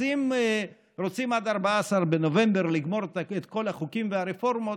אז אם רוצים עד 14 בנובמבר לגמור את כל החוקים והרפורמות,